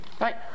Right